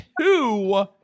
two